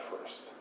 first